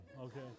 Okay